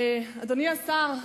אדוני השר,